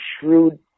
shrewd